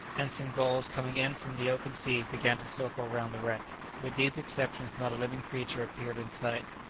and some gulls coming in from the open sea began to circle round the wreck with these exceptions not a living creature appeared in sight.